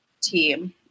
team